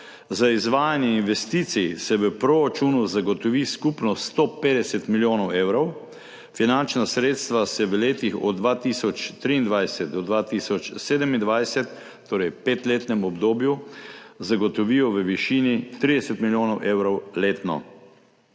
za izvajanje investicij v proračunu zagotovi skupno 150 milijonov evrov. Finančna sredstva se v letih od 2023 do 2027, torej v petletnem obdobju, zagotovijo v višini 30 milijonov evrov letno.